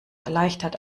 erleichtert